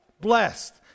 blessed